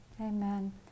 Amen